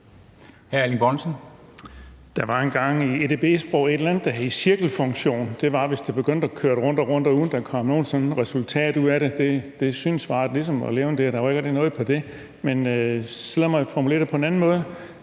Der var engang i edb-sprog et eller andet, der hed cirkelfunktion. Det var, hvis det begyndte at køre rundt og rundt, uden at der kom noget resultat ud af det. Det synes svaret ligesom at levne, altså der var ikke rigtig noget på det. Men så lad mig formulere det på en anden måde.